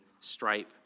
stripe